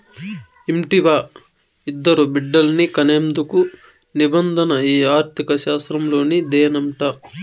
ఇంటివా, ఇద్దరు బిడ్డల్ని కనేందుకు నిబంధన ఈ ఆర్థిక శాస్త్రంలోనిదేనంట